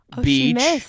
beach